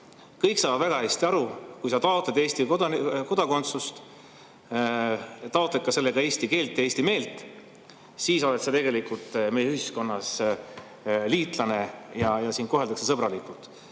Kõik saavad väga hästi aru, et kui sa taotled Eesti kodakondsust, siis [toetad] sa eesti keelt ja eesti meelt, siis oled sa tegelikult meie ühiskonnas liitlane ja sind koheldakse sõbralikult. Kas